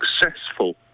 successful